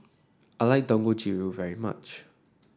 I like Dangojiru very much